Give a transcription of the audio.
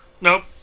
Nope